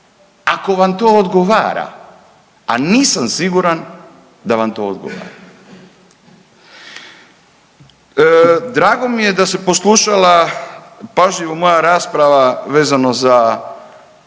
ako vam to odgovara, a nisam siguran da vam to odgovara. Drago mi je da se poslušala pažljivo moja rasprava vezano za